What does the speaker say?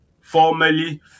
formerly